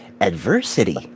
adversity